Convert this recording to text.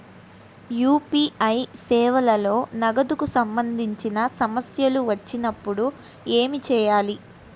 UPI సేవలలో నగదుకు సంబంధించిన సమస్యలు వచ్చినప్పుడు ఏమి చేయాలి?